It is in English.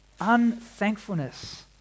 unthankfulness